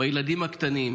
בילדים הקטנים,